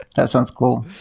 that sounds cool.